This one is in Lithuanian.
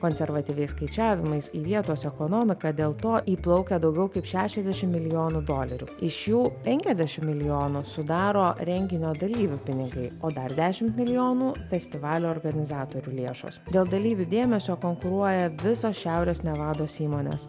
konservatyviais skaičiavimais į vietos ekonomiką dėl to įplaukia daugiau kaip šešiasdešim milijonų dolerių iš jų prnkiasdešim milijonų sudaro renginio dalyvių pinigai o dar dešimt milijonų festivalio organizatorių lėšos dėl dalyvių dėmesio konkuruoja visos šiaurės nevados įmonės